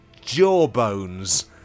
jaw-bones